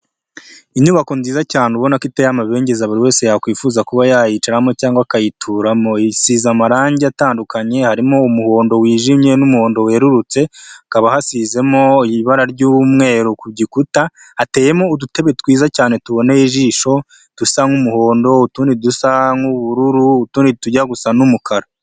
Inyubako nziza cyane ubona ko iteye amabengeza buri wese yakwifuza kuba yayicaramo cyangwa akayituramo. Isize amarangi atandukanye harimo umuhondo wijimye n'umuhondo werurutse, hakaba hasizemo ibara ry'umweru ku gikuta, hateyemo udutebe twiza cyane tuboneye ijisho dusa nk'umuhondo, utundi dusa nk'ubururu, utundi tujya gusa n'umukara.